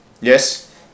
Yes